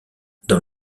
dans